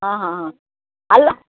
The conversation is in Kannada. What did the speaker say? ಆಂ ಹಾಂ ಹಾಂ ಅಲ್ಲ